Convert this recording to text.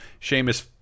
Seamus